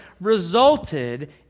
resulted